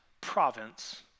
province